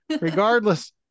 Regardless